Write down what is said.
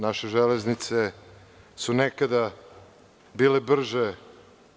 Naše železnice su nekada bile brže.